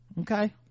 Okay